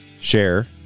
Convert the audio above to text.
share